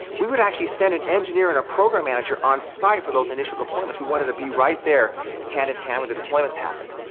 we would actually send an engineer and a program manager onsite for those initial deployments. we wanted to be right there hand-in-hand when the deployments happened.